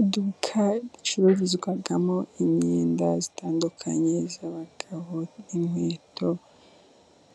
Iduka ricururizwamo imyeda itandukanye y'abagabo n'inkweto